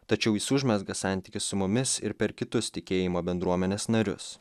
tačiau jis užmezga santykius su mumis ir per kitus tikėjimo bendruomenės narius